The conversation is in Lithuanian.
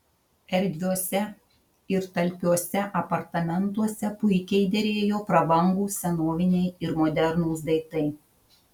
erdviuose ir talpiuose apartamentuose puikiai derėjo prabangūs senoviniai ir modernūs daiktai